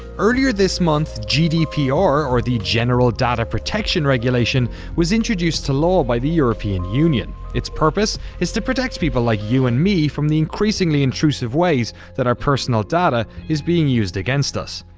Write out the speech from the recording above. earlier this month, gdpr or the general data protection regulation was introduced to law by the european union. its purpose is to protect people like you and me from the increasingly intrusive ways that our personal data is being used against us.